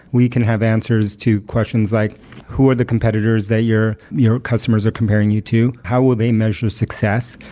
we can have answers to questions like who are the competitors that your your customers are comparing you to? how will they measure success?